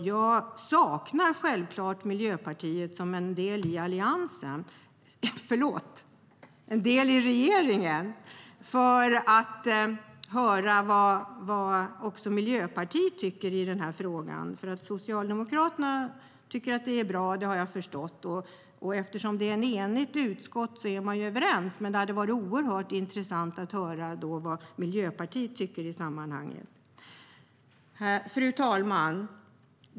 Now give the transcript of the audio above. Jag saknar att höra vad Miljöpartiet som en del av regeringen tycker i frågan. Att Socialdemokraterna tycker att det är bra har jag förstått. Eftersom det är ett enigt utskott är vi överens, men det hade varit intressant att höra vad Miljöpartiet tycker i sammanhanget. Fru talman!